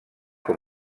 com